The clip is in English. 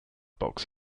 box